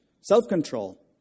self-control